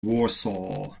warsaw